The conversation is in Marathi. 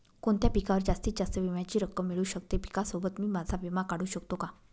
कोणत्या पिकावर जास्तीत जास्त विम्याची रक्कम मिळू शकते? पिकासोबत मी माझा विमा काढू शकतो का?